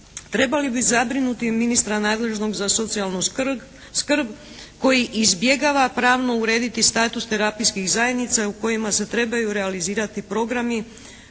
trebali bi zabrinuti ministra nadležnog za socijalnu skrb koji izbjegava pravno urediti status terapijskih zajednica u kojima se trebaju realizirati programi